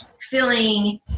feeling